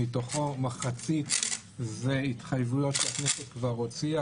מתוכו מחצית זה התחייבויות שהכנסת כבר הוציאה,